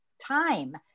time